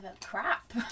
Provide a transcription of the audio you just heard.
crap